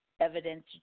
evidence